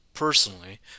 personally